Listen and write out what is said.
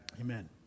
Amen